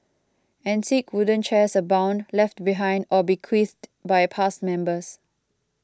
antique wooden chairs abound left behind or bequeathed by past members